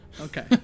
Okay